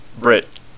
Brit